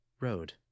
road